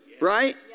Right